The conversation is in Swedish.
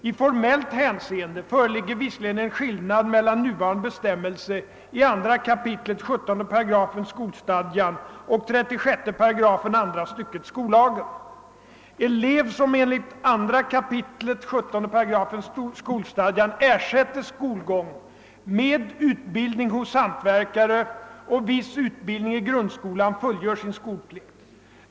I formellt hänseende föreligger visserligen en skillnad mellan nuvarande bestämmelse i 2 kap. 17 § skolstadgan och 36 § andra stycket skollagen. Elev som enligt 2 kap. 17 § skolstadgan ersätter skolgång med utbildning hos hantverkare och viss utbildning i grundskolan fullgör sin skolplikt.